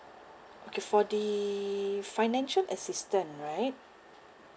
okay for the financial assistance right